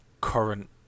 current